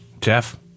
Jeff